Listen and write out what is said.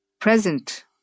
present